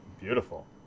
Beautiful